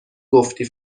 گفتی